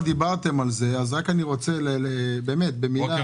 אפשר לעשות לפני זה ארוחת בוקר